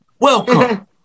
Welcome